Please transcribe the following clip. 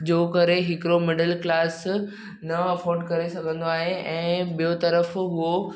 जो करे हिकिड़ो मिडल क्लास न अफॉड करे सघंदो आहे ऐं ॿियो तरफ़ु उहो